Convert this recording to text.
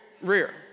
rear